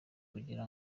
kugira